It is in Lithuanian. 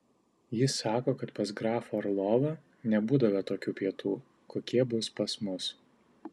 jis sako kad pas grafą orlovą nebūdavę tokių pietų kokie bus pas mus